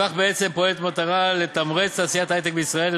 ובכך בעצם פועלת במטרה לתמרץ את תעשיית ההיי-טק בישראל.